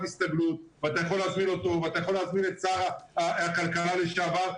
הסתגלות ואתה יכול להזמין אותו ואתה יכול להזמין את שר הכלכלה לשעבר.